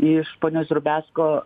iš ponios drobesko